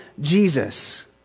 Jesus